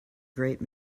great